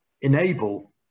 enable